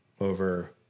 over